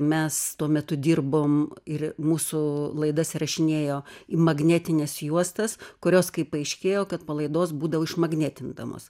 mes tuo metu dirbom ir mūsų laidas įrašinėjo į magnetines juostas kurios kaip paaiškėjo kad po laidos būdavo išmagnetindamos